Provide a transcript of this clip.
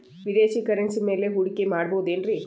ವಿದೇಶಿ ಕರೆನ್ಸಿ ಮ್ಯಾಲೆ ಹೂಡಿಕೆ ಮಾಡಬಹುದೇನ್ರಿ?